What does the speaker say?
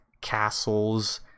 castles